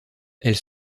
elles